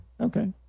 Okay